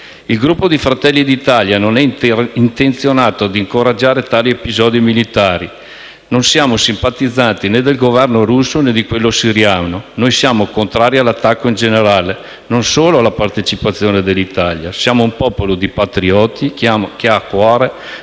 Il Gruppo di Fratelli d'Italia non è intenzionato ad incoraggiare tali episodi militari. Non siamo simpatizzanti né del Governo russo, né di quello siriano. Noi siamo contrari all'attacco in generale, non solo alla partecipazione dell'Italia. Siamo un popolo di patrioti che ha a cuore